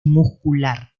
muscular